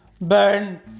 burn